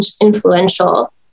influential